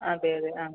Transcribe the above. അതെ അതെ ആ